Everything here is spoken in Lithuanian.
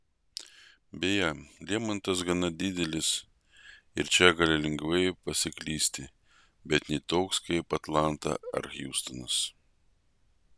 beje lemontas gana didelis ir čia gali lengvai pasiklysti bet ne toks kaip atlanta ar hjustonas